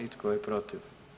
I tko je protiv?